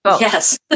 Yes